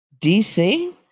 DC